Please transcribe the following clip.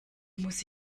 muss